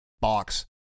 Box